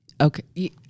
Okay